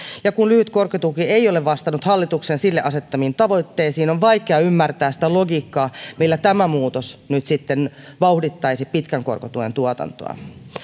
ja kun lyhyt korkotuki ei ole vastannut hallituksen sille asettamiin tavoitteisiin on vaikea ymmärtää sitä logiikkaa millä tämä muutos nyt sitten vauhdittaisi pitkän korkotuen tuotantoa